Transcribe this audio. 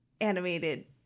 animated